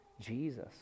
Jesus